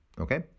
Okay